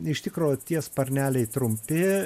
iš tikro tie sparneliai trumpi